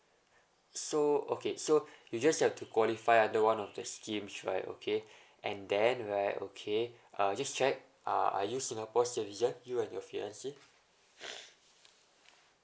so okay so you just have to qualify under one of the schemes right okay and then where okay uh just check uh are you singapore citizen you and your fiancee